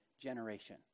generation